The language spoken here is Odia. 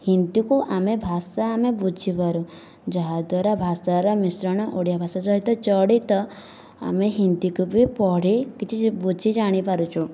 ହିନ୍ଦୀକୁ ଆମେ ଭାଷା ଆମେ ବୁଝିପାରୁ ଯାହାଦ୍ଵାରା ଭାଷାର ମିଶ୍ରଣ ଓଡ଼ିଆ ଭାଷା ସହିତ ଜଡ଼ିତ ଆମେ ହିନ୍ଦୀକୁ ବି ପଢ଼ି କିଛି ବୁଝି ଜାଣି ପାରୁଛୁ